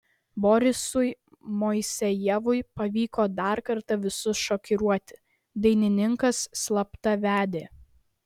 borisui moisejevui pavyko dar kartą visus šokiruoti dainininkas slapta vedė